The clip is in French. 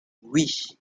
oui